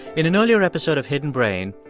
in an earlier episode of hidden brain,